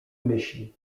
myśli